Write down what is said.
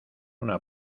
una